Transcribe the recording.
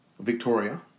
Victoria